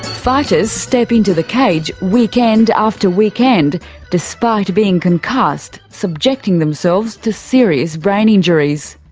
fighters step into the cage weekend after weekend despite being concussed, subjecting themselves to serious brain injuries.